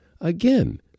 Again